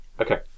okay